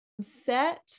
set